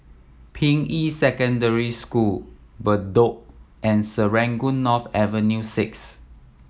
Ping Yi Secondary School Bedok and Serangoon North Avenue Six